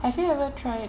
have you ever tried